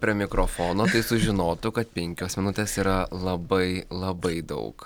prie mikrofono tai sužinotų kad penkios minutės yra labai labai daug